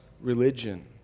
religion